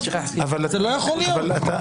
גלעד,